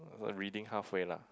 r~ reading halfway lah